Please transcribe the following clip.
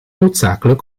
noodzakelijk